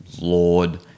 Lord